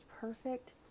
perfect